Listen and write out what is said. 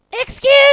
Excuse